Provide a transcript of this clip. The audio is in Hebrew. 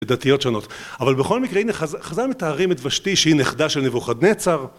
דתיות שונות אבל בכל מקרה הנה חזל מתארים את ושתי שהיא נכדה של נבוכת נצר